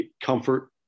comfort